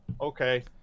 okay